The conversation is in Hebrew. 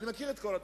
אבל,